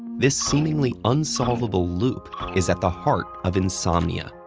this seemingly unsolvable loop is at the heart of insomnia,